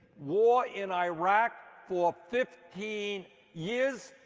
war in iraq for fifteen years.